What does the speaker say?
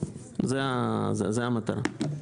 זו המטרה.